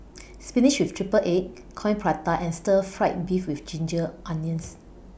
Spinach with Triple Egg Coin Prata and Stir Fried Beef with Ginger Onions